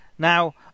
Now